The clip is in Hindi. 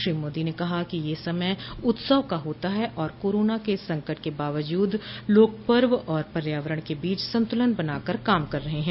श्री मोदी ने कहा कि ये समय उत्सव का होता है और कोरोना के संकट के बावजूद लोग पर्व और पर्यावरण के बीच संतूलन बनाकर काम कर रहे हैं